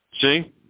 See